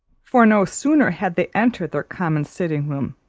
for no sooner had they entered their common sitting-room,